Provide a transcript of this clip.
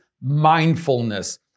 mindfulness